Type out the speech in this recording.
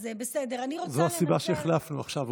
זאת הסיבה שהחלפנו עכשיו.